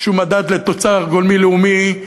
מדד לתוצר גולמי לאומי,